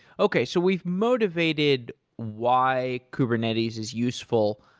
okay. so we've motivated why kubernetes is useful.